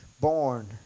born